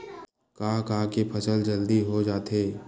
का का के फसल जल्दी हो जाथे?